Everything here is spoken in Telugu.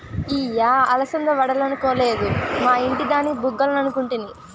ఇయ్యి అలసంద వడలనుకొలేదు, మా ఇంటి దాని బుగ్గలనుకుంటిని